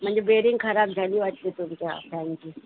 म्हणजे बेरिंग खराब झाली वाटली तुमच्या फॅनची